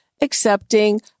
accepting